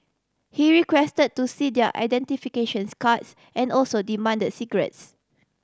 he requested to see their identifications cards and also demand the cigarettes